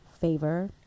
favor